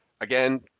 again